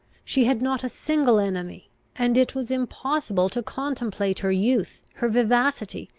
she had not a single enemy and it was impossible to contemplate her youth, her vivacity,